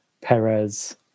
Perez